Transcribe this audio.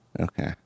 Okay